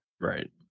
Right